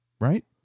right